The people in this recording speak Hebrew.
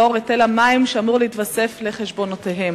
לנוכח היטל המים שאמור להתווסף לחשבונותיהם.